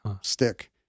stick